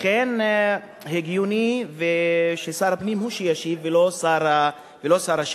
לכן הגיוני ששר הפנים הוא שישיב, ולא שר השיכון.